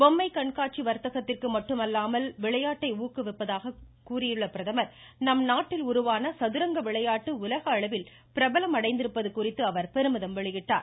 பொம்மைக் கண்காட்சி வர்த்தகத்திற்கு மட்டுமல்லாமல் விளையாட்டை ஊக்குவிப்பதாக உள்ளது என்று கூறியுள்ள அவர் நம் நாட்டில் உருவான சதுரங்க விளையாட்டு உலக அளவில் பிரபலமடைந்திருப்பது குறித்து அவர் பெருமிதம் வெளியிட்டார்